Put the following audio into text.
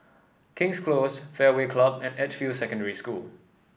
King's Close Fairway Club and Edgefield Secondary School